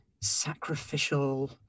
sacrificial